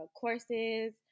courses